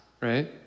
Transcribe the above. right